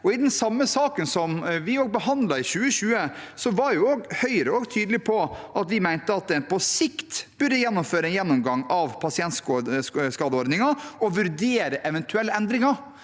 I den samme saken som vi behandlet i 2020, var Høyre tydelig på at vi mente at en på sikt burde gjennomføre en gjennomgang av pasientskadeordningen og vurdere eventuelle endringer.